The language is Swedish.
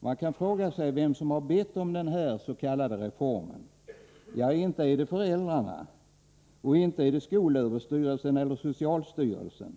Man kan fråga sig vem som har bett om den här s.k. reformen. Ja, inte är det föräldrarna, och inte är det skolöverstyrelsen eller socialstyrelsen.